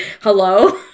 hello